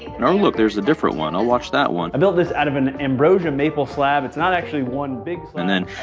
and oh, look, there's a different one. i'll watch that one i built this out of an ambrosia maple slab. it's not actually one big slab and then,